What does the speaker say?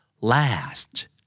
Last